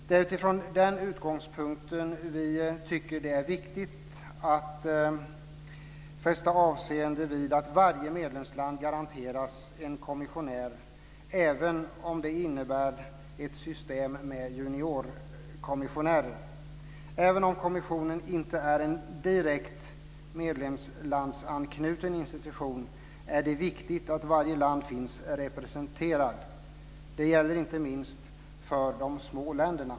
Det är utifrån denna utgångspunkt som vi tycker att det är viktigt att fästa avseende vid att varje medlemsland garanteras en kommissionär, även om det innebär ett system med juniorkommissionärer. Även om kommissionen inte är en direkt medlemslandsanknuten institution är det viktigt att varje land finns representerat. Det gäller inte minst för de små länderna.